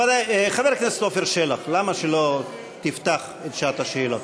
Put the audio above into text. חבר הכנסת עפר שלח, למה שלא תפתח את שעת השאלות?